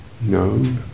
No